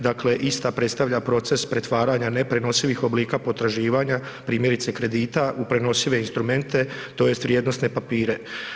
Dakle, ista predstavlja proces pretvaranja neprenosivih oblika potraživanja, primjerice kredita u prenosive instrumente tj. vrijednosne papire.